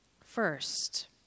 first